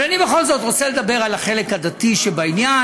אבל אני בכל זאת רוצה לדבר על החלק הדתי שבעניין,